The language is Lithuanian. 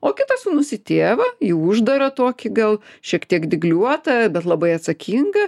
o kitas sūnus į tėvą į uždarą tokį gal šiek tiek dygliuotą bet labai atsakingą